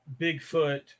Bigfoot